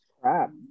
Crap